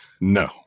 No